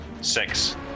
Six